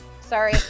sorry